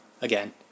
again